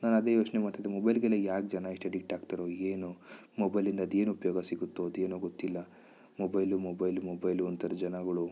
ನಾನು ಅದೇ ಯೋಚನೆ ಮಾಡ್ತಿದ್ದೆ ಮೊಬೈಲ್ಗೆಲ್ಲ ಯಾಕೆ ಜನ ಇಷ್ಟು ಎಡಿಕ್ಟ್ ಆಗ್ತಾರೊ ಏನೊ ಮೊಬೈಲಿಂದ ಅದೇನು ಉಪಯೋಗ ಸಿಗುತ್ತೊ ಅದೇನೋ ಗೊತ್ತಿಲ್ಲಾ ಮೊಬೈಲು ಮೊಬೈಲ್ ಮೊಬೈಲು ಅಂತಾರೆ ಜನಗಳು